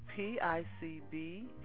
picb